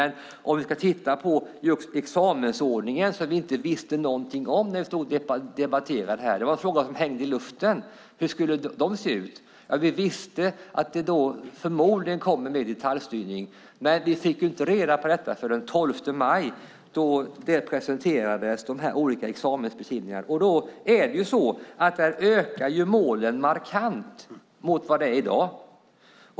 När det gäller examensordningen som vi inte visste någonting om när vi stod och debatterade här, för det var en fråga som hängde i luften, visste vi att det förmodligen skulle komma mer detaljstyrning, men vi fick inte reda på detta förrän den 12 maj då de olika examensbeskrivningarna presenterades. Där ökar målen markant mot hur det är i dag.